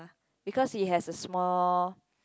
because he has a small